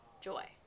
Joy